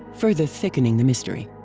further thickening the mystery.